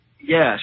Yes